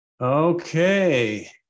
Okay